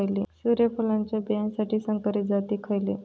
सूर्यफुलाच्या बियानासाठी संकरित जाती खयले?